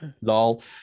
Lol